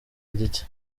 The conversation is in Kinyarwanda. gicye